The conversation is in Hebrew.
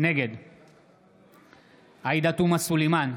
נגד עאידה תומא סלימאן,